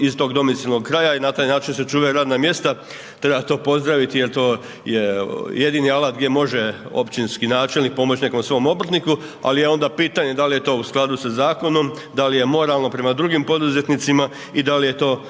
iz tog domicilnog kraja i na taj način se čuvaju radna mjesta, treba to pozdraviti jer je to je jedini alat gdje može općinski načelnik pomoći nekom svom obrtniku ali je pitanje da li je to u skladu sa zakonom, da li je moralno prema drugim poduzetnicima i da li je to